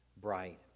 bright